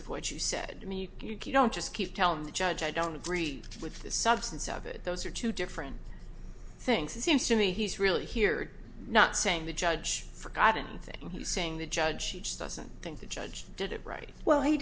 of what you said to me you don't just keep telling the judge i don't agree with the substance of it those are two different things it seems to me he's really here not saying the judge forgotten thing he's saying the judge she just doesn't think the judge did it right well he